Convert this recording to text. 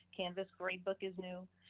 canvas gradebook is new.